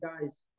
guys